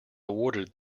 awarded